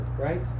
Right